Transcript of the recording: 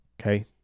okay